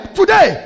today